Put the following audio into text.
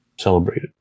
celebrated